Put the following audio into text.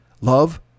Love